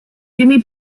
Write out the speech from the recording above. jimmy